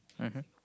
mmhmm